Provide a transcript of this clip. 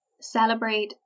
Celebrate